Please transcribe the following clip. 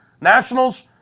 Nationals